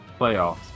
playoffs